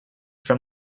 from